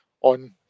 on